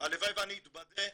הלוואי ואתבדה,